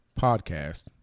podcast